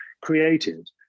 created